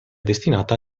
destinata